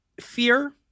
fear